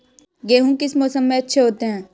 गेहूँ किस मौसम में अच्छे होते हैं?